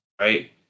Right